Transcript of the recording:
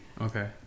Okay